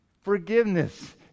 Forgiveness